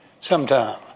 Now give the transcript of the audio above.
Sometime